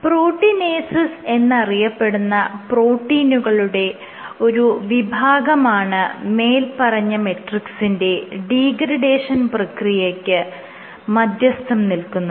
proteinases എന്നറിയപ്പെടുന്ന പ്രോട്ടീനുകളുടെ ഒരു വിഭാഗമാണ് മേല്പറഞ്ഞ മെട്രിക്സിന്റെ ഡീഗ്രേഡേഷൻ പ്രക്രിയയ്ക്ക് മധ്യസ്ഥം നിൽക്കുന്നത്